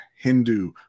Hindu